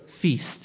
feast